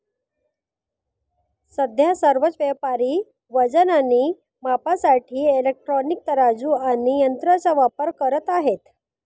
सध्या सर्वच व्यापारी वजन आणि मापासाठी इलेक्ट्रॉनिक तराजू आणि यंत्रांचा वापर करत आहेत